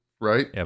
right